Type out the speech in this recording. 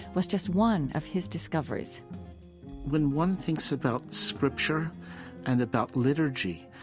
was just one of his discoveries when one thinks about scripture and about liturgy,